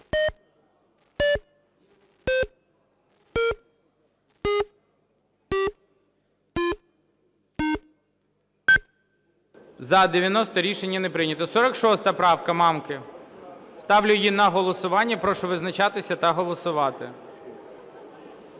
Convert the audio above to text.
За-90 Рішення не прийнято. 46 правка Мамки. Ставлю її на голосування. Прошу визначатися та голосувати.